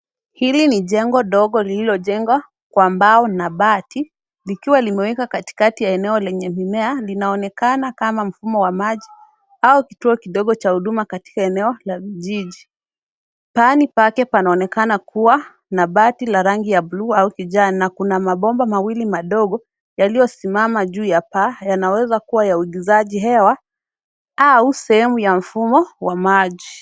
Hili ni jengo ndogo lililojengwa kwa mbao na bati likiwa limewekwa kwenye katikati la eneo la mimea linaonekana kama mfumo wa maji au kituo kidogo cha huduma katika eneo la vijiji. Paani pake panaonekana kuwa na bati la rangi ya buluu au kijani na kuna bomba mawili madogo yaliyosimama juu ya paa yanayoweza kuwa ya uigizaji wa hewa au sehemu ya mfumo wa maji.